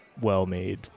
well-made